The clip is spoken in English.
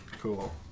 cool